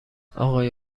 آقای